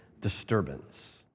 disturbance